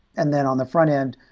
and then, on the frontend,